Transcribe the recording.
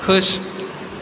खुश